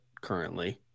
currently